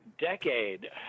decade